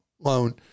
loan